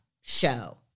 show